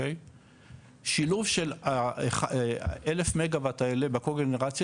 שילוב של 1100 וואט האלה בקוגנרציה,